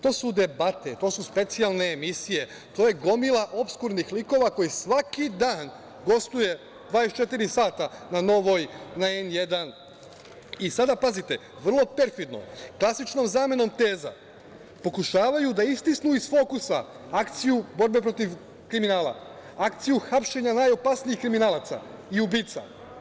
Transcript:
To su debate, to su specijalne emisije, to je gomila opskurnih likova koji svaki dan gostuju 24 sata na Novoj, na N1, i sada, pazite, vrlo perfidno, klasičnom zamenom teza, pokušavaju da istisnu iz fokusa akciju borbe protiv kriminala, akciju hapšenja najopasnijih kriminalaca i ubica.